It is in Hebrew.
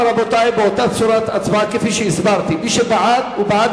באותה צורת הצבעה כפי שהסברתי: מי שבעד הוא בעד